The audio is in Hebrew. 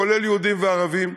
כולל יהודים וערבים,